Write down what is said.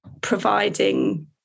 providing